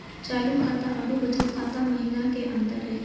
चालू खाता अरू बचत खाता महिना की अंतर हई?